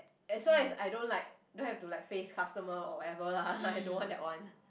as long as I don't like don't have to like face customer or whatever lah I don't want that one